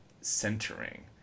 centering